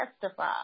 testify